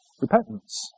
repentance